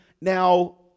Now